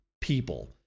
people